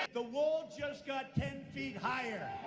the wall just got ten feet higher.